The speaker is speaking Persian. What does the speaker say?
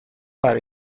برای